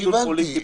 זה לא דיון פוליטי.